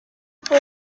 fue